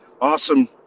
Awesome